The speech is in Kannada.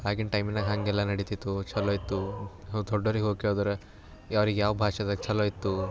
ಆಗಿನ ಟೈಮಿನಾಗ ಹಾಗೆಲ್ಲ ನಡಿತಿತ್ತು ಚಲೋ ಇತ್ತು ದೊಡ್ಡೋರಿಗೆ ಹೋಗಿ ಕೇಳಿದ್ರೆ ಅವ್ರಿಗೆ ಯಾವ ಭಾಷೆದಾಗ ಚಲೋ ಇತ್ತು